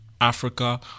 Africa